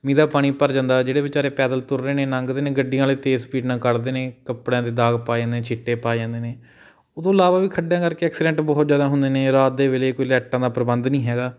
ਮੀਂਹ ਦਾ ਪਾਣੀ ਭਰ ਜਾਂਦਾ ਜਿਹੜੇ ਬੇਚਾਰੇ ਪੈਦਲ ਤੁਰ ਰਹੇ ਨੇ ਲੰਘਦੇ ਨੇ ਗੱਡੀਆਂ ਵਾਲੇ ਤੇਜ਼ ਸਪੀਡ ਨਾਲ ਕੱਢਦੇ ਨੇ ਕੱਪੜਿਆਂ 'ਤੇ ਦਾਗ ਪੈ ਜਾਂਦੇ ਛਿੱਟੇ ਪੈ ਜਾਂਦੇ ਨੇ ਉਹ ਤੋਂ ਇਲਾਵਾ ਵੀ ਖੱਡਿਆਂ ਕਰਕੇ ਐਕਸੀਡੈਂਟ ਬਹੁਤ ਜ਼ਿਆਦਾ ਹੁੰਦੇ ਨੇ ਰਾਤ ਦੇ ਵੇਲੇ ਕੋਈ ਲੈਟਾਂ ਦਾ ਪ੍ਰਬੰਧ ਨਹੀਂ ਹੈਗਾ